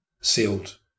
sealed